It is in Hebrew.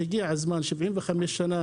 הגיע הזמן שבעים וחמש שנה